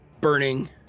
burning